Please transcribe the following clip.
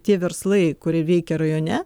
tie verslai kurie veikia rajone